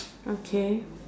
okay